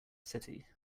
city